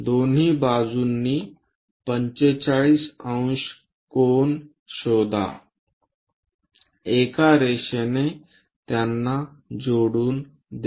दोन्ही बाजूंनी 45 ° कोन शोधा एका रेषेने त्यांना जोडून द्या